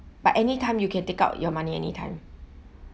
but any time you can take out your money any time